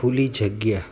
ખુલ્લી જગ્યા